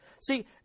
See